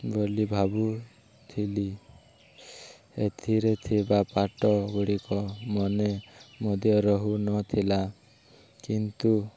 ବୋଲି ଭାବୁଥିଲି ଏଥିରେ ଥିବା ପାଠ ଗୁଡ଼ିକ ମନେ ମଧ୍ୟ ରହୁନଥିଲା କିନ୍ତୁ